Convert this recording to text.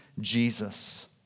Jesus